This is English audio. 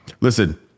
listen